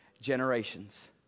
generations